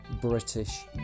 British